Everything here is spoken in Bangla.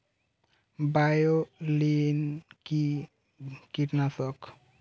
বায়োলিন কি কীটনাশক?